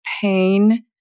Pain